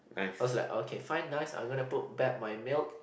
I was like okay fine nice I'm gonna put back my milk